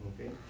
okay